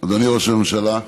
אדוני ראש הממשלה,